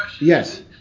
Yes